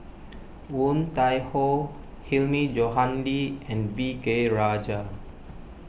Woon Tai Ho Hilmi Johandi and V K Rajah